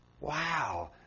Wow